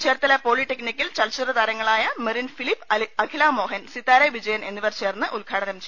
ചേർത്തല പോളിടെക്നിക്കിൽ ചലച്ചിത്ര താരങ്ങളായ മെറിൻ ഫിലിപ്പ് അഖില മോഹൻ സിത്താര വിജയൻ എന്നിവർ ചേർന്ന് ഉദ്ഘാടനം ചെയ്യും